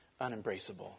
unembraceable